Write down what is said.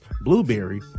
Blueberry